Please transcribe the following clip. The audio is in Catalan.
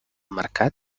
mercat